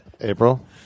april